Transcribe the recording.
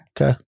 Okay